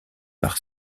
par